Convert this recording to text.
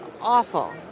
awful